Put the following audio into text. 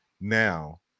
now